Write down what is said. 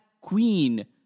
Queen